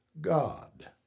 God